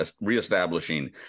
reestablishing